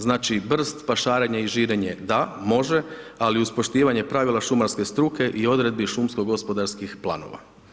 Znači, brst, pašarenje i žirenje da, može, ali iz poštivanje pravila šumarske struke i odredbi šumsko gospodarskih planova.